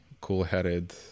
cool-headed